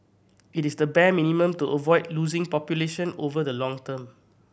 it is the bare minimum to avoid losing population over the long term